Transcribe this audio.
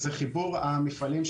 חיבור המפעלים,